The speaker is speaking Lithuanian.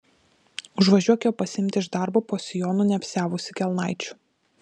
užvažiuok jo pasiimti iš darbo po sijonu neapsiavusi kelnaičių